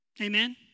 Amen